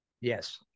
Yes